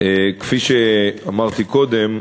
כפי שאמרתי קודם,